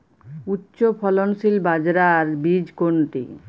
উচ্চফলনশীল বাজরার বীজ কোনটি?